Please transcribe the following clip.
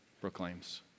proclaims